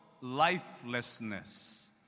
lifelessness